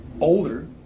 older